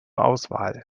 auswahl